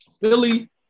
Philly